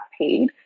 paid